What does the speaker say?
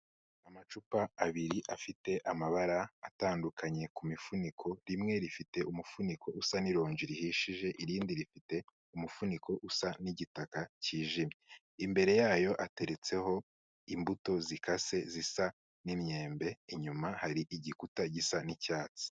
Amacupa abiri afite amabara atandukanye ku mifuniko, rimwe rifite umufuniko usa n'ironji rihishije, irindi rifite umufuniko usa n'igitaka cyijimye. Imbere yayohateretseho imbuto zikase zisa n'imyembe, inyuma hari igikuta gisa n'icyatsi.